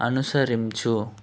అనుసరించు